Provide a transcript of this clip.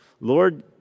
Lord